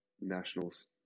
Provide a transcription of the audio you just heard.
nationals